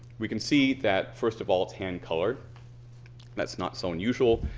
we can see that first of all it's hand colored that's not so unusual.